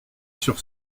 sur